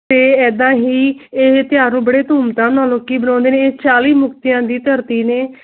ਤੇ ਇਦਾਂ ਹੀ ਇਹ ਤਿਉਹਾਰ ਨੂੰ ਬੜੇ ਧੂਮਧਾਮ ਨਾਲ ਲੋਕੀਂ ਮਨਾਉਂਦੇ ਨੇ ਚਾਲੀ ਮੁਕਤੀਆਂ ਦੀ ਧਰਤੀ ਨੇ